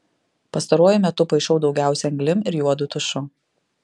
pastaruoju metu paišau daugiausia anglim ir juodu tušu